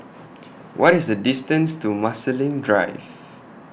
What IS The distance to Marsiling Drive